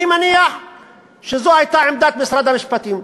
אני מניח שזאת הייתה עמדת משרד המשפטים.